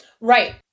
Right